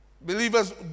believers